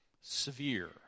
severe